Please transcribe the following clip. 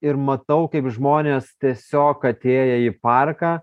ir matau kaip žmonės tiesiog atėję į parką